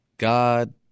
God